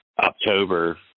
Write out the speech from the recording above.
October